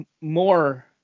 more